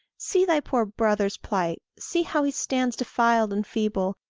see thy poor brother's plight see how he stands defiled and feeble,